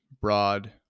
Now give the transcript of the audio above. broad